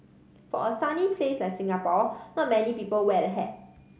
for a sunny place like Singapore not many people wear a hat